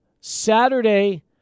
Saturday